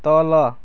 तल